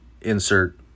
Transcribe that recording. insert